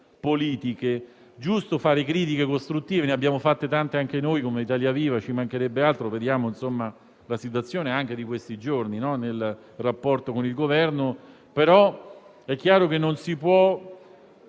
politiche. È giusto fare critiche costruttive, ne abbiamo fatte tante anche noi di Italia Viva - ci mancherebbe altro, vediamo anche la situazione di questi giorni nel rapporto con il Governo - ma è chiaro che non si può